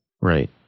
right